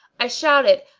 i shouted,